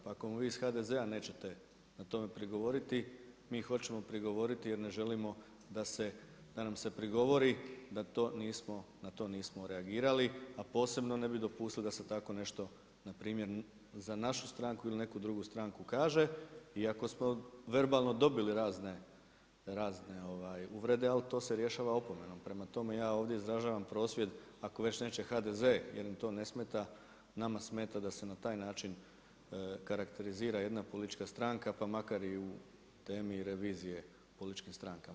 Pa ako mu vi iz HDZ-a nećete na tome prigovoriti, mi hoćemo prigovoriti jer ne želimo nam se prigovori da na to nismo reagirali, a posebno ne bi dopustili da se tako ne što npr. za našu stranku ili neku drugu stranku kaže iako smo verbalno dobili razne uvrede, ali to se rješava opomenom, prema tome, ja ovdje izražavam prosvjed ako već neće HDZ jer im to ne smeta, nama smeta da se na taj način karakterizira jedna politička stranka pa makar i u temi revizije političkim strankama.